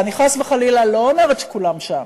ואני חס וחלילה לא אומרת שכולם שם,